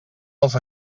els